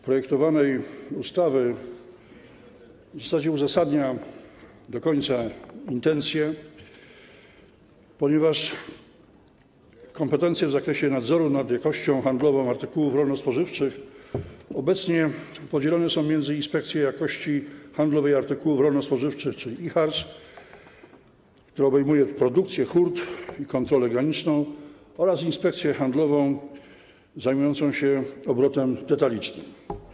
projektowanej ustawy w zasadzie uzasadnia do końca intencje, ponieważ kompetencje w zakresie nadzoru nad jakością handlową artykułów rolno-spożywczych obecnie podzielone są między Inspekcję Jakości Handlowej Artykułów Rolno-Spożywczych, czyli IJHARS, która obejmuje produkcję, hurt i kontrolę graniczną, oraz Inspekcję Handlową zajmującą się obrotem detalicznym.